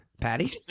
Patty